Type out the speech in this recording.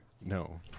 No